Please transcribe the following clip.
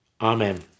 Amen